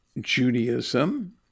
Judaism